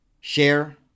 share